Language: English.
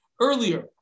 earlier